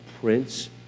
prince